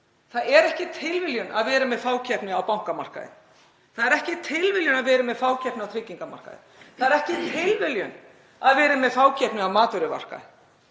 Það er ekki tilviljun að við erum með fákeppni á bankamarkaði. Það er ekki tilviljun að við erum með fákeppni á tryggingamarkaði. Það er ekki tilviljun að við erum með fákeppni á matvörumarkaði.